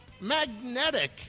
magnetic